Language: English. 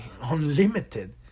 unlimited